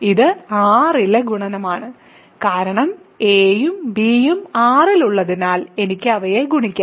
ഇത് R ലെ ഗുണനമാണ് കാരണം a ഉം b ഉം R ൽ ഉള്ളതിനാൽ എനിക്ക് അവയെ ഗുണിക്കാം